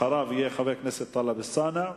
אחריו יהיה חבר הכנסת טלב אלסאנע,